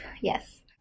yes